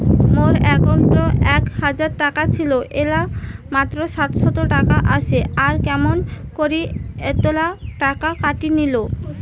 মোর একাউন্টত এক হাজার টাকা ছিল এলা মাত্র সাতশত টাকা আসে আর কেমন করি এতলা টাকা কাটি নিল?